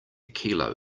kilo